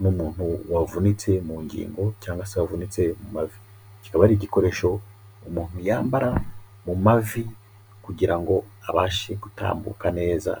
n'umuntu wavunitse mu ngingo cyangwa se yavunitse mu mavi, kiba ari igikoresho umuntu yambara mu mavi kugira ngo abashe gutambuka neza.